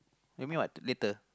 you mean what later